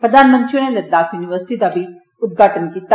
प्रधानमंत्री होरें लद्वाख यूनिवर्सिटी दा बी उद्घाटन कीता